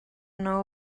know